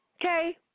Okay